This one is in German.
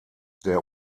der